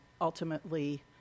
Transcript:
ultimately